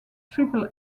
triple